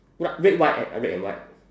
red white and red and white